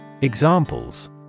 Examples